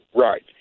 Right